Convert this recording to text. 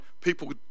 people